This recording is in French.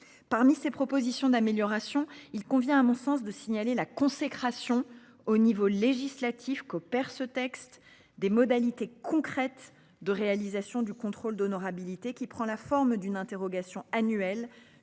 Parmi ces propositions d'amélioration. Il convient à mon sens de signaler la consécration au niveau législatif qu'opère ce texte des modalités concrètes de réalisation du contrôle d'honorabilité qui prend la forme d'une interrogation annuel